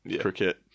cricket